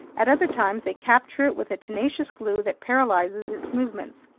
at other times they capture it with a tenacious glue that paralyzes its movements.